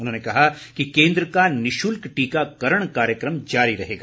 उन्होंने कहा कि केन्द्र का निशुल्क टीकाकरण कार्यक्रम जारी रहेगा